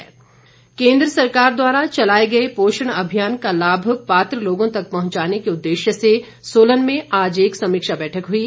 पोषण अभियान केंद्र सरकार द्वारा चलाए गए पोषण अभियान का लाभ पात्र लोगों तक पहुंचाने के उद्देश्य से सोलन में आज एक समीक्षा बैठक हुई